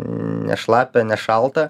nešlapia nešalta